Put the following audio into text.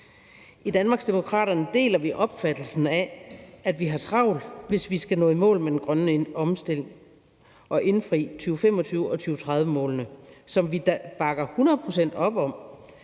I Danmarksdemokraterne deler vi opfattelsen af, at vi har travlt, hvis vi skal nå i mål med den grønne omstilling og indfri 2025-målene og 2030-målene, som vi bakker hundrede procent op om.